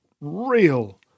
real